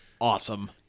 awesome